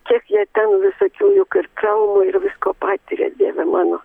kiek jie ten visokių juk ir traumų ir visko patiria dieve mano